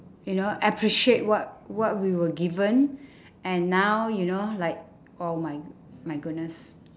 you know appreciate what what we were given and now you know like oh my my goodness